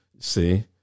See